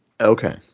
Okay